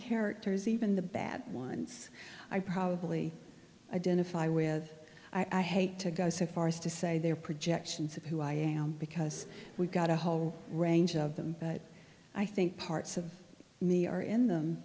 characters even the bad ones i probably identify with i hate to go so far as to say their projections of who i am because we've got a whole range of them i think parts of me are in them